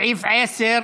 סעיף 10,